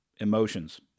emotions